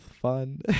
fun